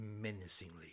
menacingly